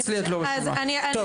אצלי את לא רשומה, אני